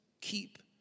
keep